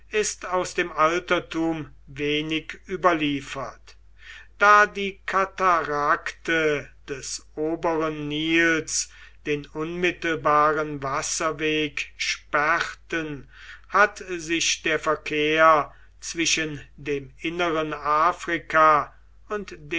ist aus dem altertum wenig überliefert da die katarakte des oberen nils den unmittelbaren wasserweg sperrten hat sich der verkehr zwischen dem inneren afrika und